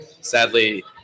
Sadly